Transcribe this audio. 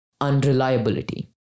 unreliability